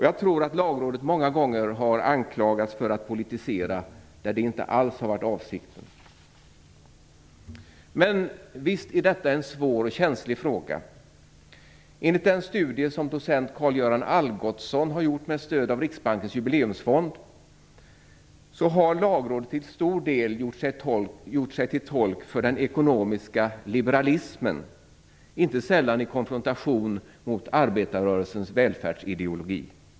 Jag tror att Lagrådet många gånger har anklagats för att politisera där det inte alls har varit avsikten. Men visst är detta en svår och känslig fråga. Enligt den studie som docent Karl-Göran Algotsson har gjort med stöd av Riksbankens jubileumsfond har Lagrådet till stor del gjort sig till tolk för den ekonomiska liberalismen - inte sällan i konfrontation med arbetarrörelsens välfärdsideologi.